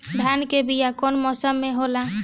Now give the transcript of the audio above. धान के बीया कौन मौसम में होला?